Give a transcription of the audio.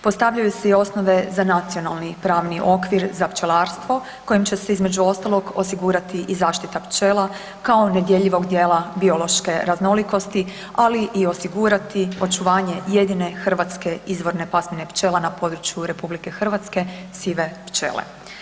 Postavljaju se i osnove za nacionalni pravni okvir za pčelarstvo kojim će se između ostalog, osigurati i zaštita pčela kao nedjeljivog dijela biološke raznolikosti, ali i osigurati očuvanje jedine hrvatske izvorne pasmine pčela na području RH, sive pčele.